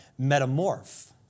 metamorph